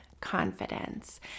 confidence